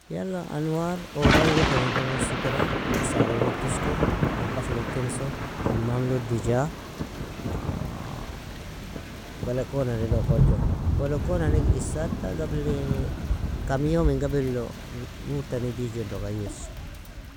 Yala anwar oda uwo teredan asikira, salalo tosko, matbakhlo kemso, hammamlo dija balakona nilo gorjo. Bolokonani isaata gabli kam yomin gablilo nurtani dijondo gairso.